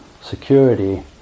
security